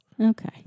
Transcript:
Okay